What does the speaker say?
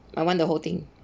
I want the whole thing